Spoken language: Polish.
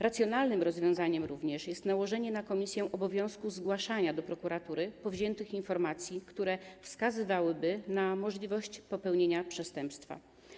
Racjonalnym rozwiązaniem również jest nałożenie na komisję obowiązku zgłaszania do prokuratury powziętych informacji, które wskazywałyby na możliwość popełnienia przestępstwa.